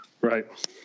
right